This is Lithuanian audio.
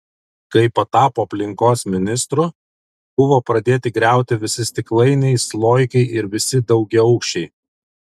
kai patapo aplinkos ministru buvo pradėti griauti visi stiklainiai sloikai ir visi daugiaaukščiai